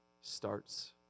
starts